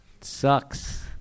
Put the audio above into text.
sucks